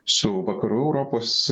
su vakarų europos